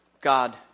God